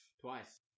Twice